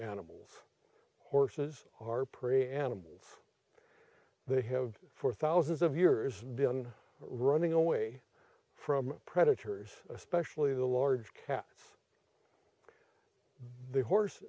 animals horses are prey animals they have for thousands of years been running away from predators especially the large cats the horse